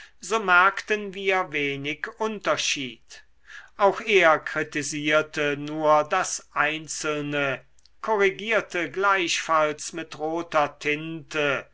so merkten wir wenig unterschied auch er kritisierte nur das einzelne korrigierte gleichfalls mit roter tinte